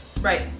Right